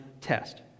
test